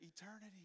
eternity